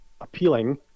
appealing